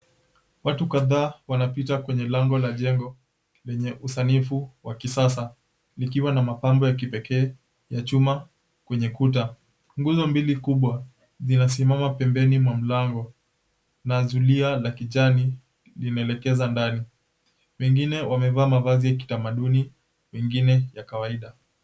Watu kadhaa wanapita kwenye lango la jengo lenye usanifu wa kisasa. Likiwa na mapambo ya kipekee ya chuma kwenye kuta. Nguzo mbili kubwa zinasimama pembeni mwa mlango, na zulia la kijani linaelekeza ndani. Wengine wamevaa mavazi ya kitamaduni, wengine ya kawaida.